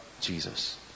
Jesus